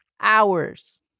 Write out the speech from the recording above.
hours